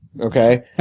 Okay